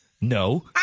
No